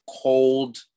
cold